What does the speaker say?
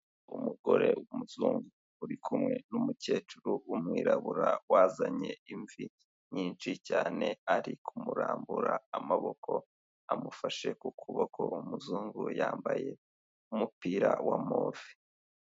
Umugore w'umuzungu, uri kumwe n'umukecuru wumwirabura wazanye imvi nyinshi cyane arimurambura amaboko amufashe ku kuboko umuzungu yambaye umupira wa move.